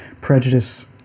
prejudice